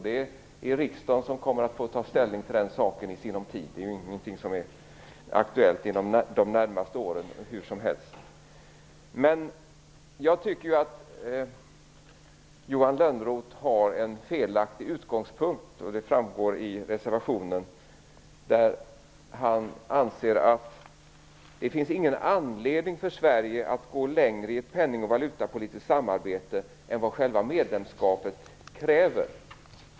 Det är riksdagen som i sinom tid får ta ställning till den saken. Det är hur som helst inte något som är aktuellt under de närmaste åren. Jag tycker att Johan Lönnroth har en felaktig utgångspunkt. Det framgår när man läser reservationen. Han anser där att det inte finns någon anledning för Sverige att gå längre i ett penning och valutapolitiskt samarbete än vad själva medlemskapet kräver.